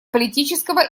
политического